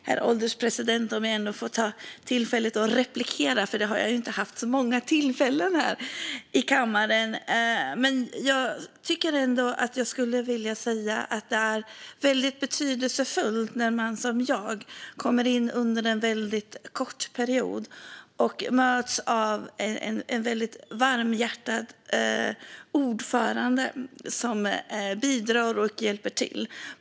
Herr ålderspresident! Jag tar tillfället i akt att replikera, för jag har inte haft så många sådana tillfällen här i kammaren. Jag skulle vilja säga att det när man som jag kommer in under en mycket kort period är väldigt betydelsefullt att mötas av en varmhjärtad ordförande som bidrar och hjälper till.